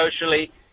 socially